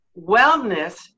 Wellness